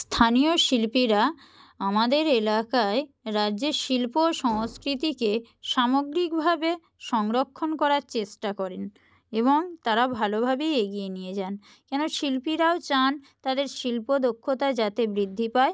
স্থানীয় শিল্পীরা আমাদের এলাকায় রাজ্যের শিল্প সংস্কৃতিকে সামগ্রিকভাবে সংরক্ষণ করার চেষ্টা করেন এবং তারা ভালোভাবেই এগিয়ে নিয়ে যান কেন শিল্পীরাও চান তাদের শিল্প দক্ষতা যাতে বৃদ্ধি পায়